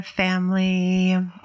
family